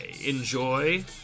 Enjoy